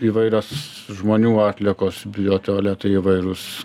įvairios žmonių atliekos biotualetai įvairūs